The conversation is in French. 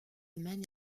maine